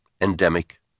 endemic